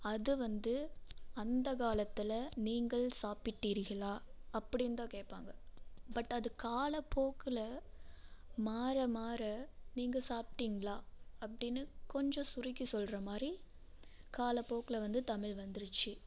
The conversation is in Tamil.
அதுவந்து அந்த காலத்தில் நீங்கள் சாப்பிட்டீர்களா அப்படின்னு தான் கேட்பாங்க பட் அது காலப்போக்கில் மாற மாற நீங்கள் சாப்பிட்டீங்களா அப்படின்னு கொஞ்சம் சுருக்கி சொல்கிற மாதிரி காலப்போக்கில் வந்து தமிழ் வந்துருச்சு